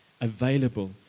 available